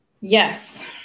yes